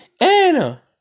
Anna